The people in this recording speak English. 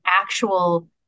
actual